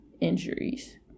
injuries